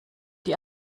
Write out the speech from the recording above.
die